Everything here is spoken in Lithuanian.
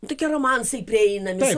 tokie romansai prieinami